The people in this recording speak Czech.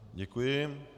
Děkuji.